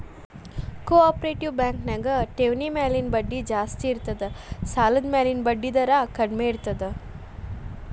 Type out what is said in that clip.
co operative bank ನ್ಯಾಗ ಠೆವ್ಣಿ ಮ್ಯಾಲಿನ್ ಬಡ್ಡಿ ಜಾಸ್ತಿ ಇರ್ತದ ಸಾಲದ್ಮ್ಯಾಲಿನ್ ಬಡ್ಡಿದರ ಕಡ್ಮೇರ್ತದ